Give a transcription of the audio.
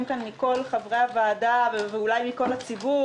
כאן מכל חברי הוועדה ואולי מכל הציבור